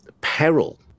peril